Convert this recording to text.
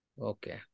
Okay